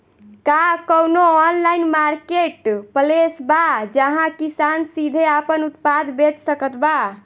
का कउनों online marketplace बा जहां किसान सीधे आपन उत्पाद बेच सकत बा?